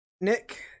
Nick